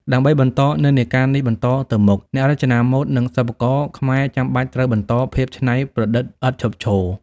ដើម្បីបន្តនិន្នាការនេះបន្តទៅមុខ អ្នករចនាម៉ូដ និងសិប្បករខ្មែរចាំបាច់ត្រូវបន្ត ភាពច្នៃប្រឌិតឥតឈប់ឈរ ។